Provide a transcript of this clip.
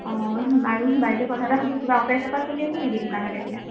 অঁ বাৰু বাইদেউ কথা এটা সোধোঁ কিবা অফাৰ চফাৰ চলি আছে নেকি দোকানত এতিয়া